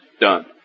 done